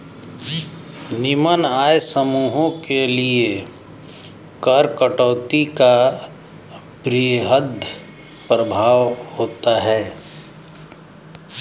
निम्न आय समूहों के लिए कर कटौती का वृहद प्रभाव होता है